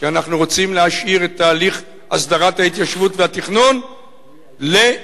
כי אנחנו רוצים להשאיר את תהליך הסדרת ההתיישבות והתכנון להתייעצות